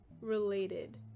Related